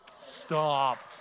stop